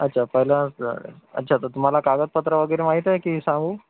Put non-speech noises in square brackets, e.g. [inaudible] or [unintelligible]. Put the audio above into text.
अच्छा पहिल्यांदाच [unintelligible] अच्छा तर तुम्हाला कागदपत्र वगैरे माहीत आहे की सांगू